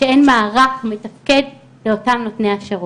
כשאין מערך מתפקד לאותם נותני השירות.